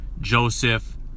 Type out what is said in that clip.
Joseph